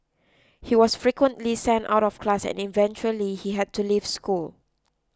he was frequently sent out of class and eventually he had to leave school